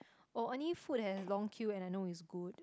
oh only food that has long queue and I know is good